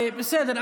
בסדר.